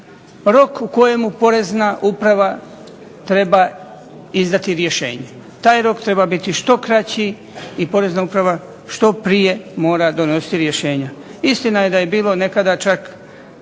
rok u kojem Porezna uprava treba izdati rješenje. Taj rok treba biti što kraći i Porezna uprava treba što prije donijeti rješenja. Istina da je nekada bilo